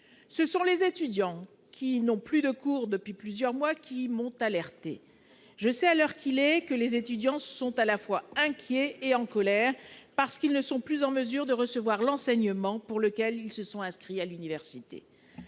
Ce sont les étudiants qui n'ont plus cours depuis plusieurs mois qui m'ont alertée. Je sais, à l'heure qu'il est, que les étudiants sont à la fois inquiets et en colère, parce qu'ils ne sont plus en mesure de recevoir l'enseignement pour lequel ils se sont inscrits à l'université.